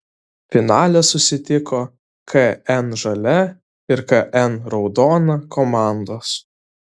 finale susitiko kn žalia ir kn raudona komandos